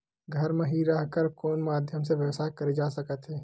घर म हि रह कर कोन माध्यम से व्यवसाय करे जा सकत हे?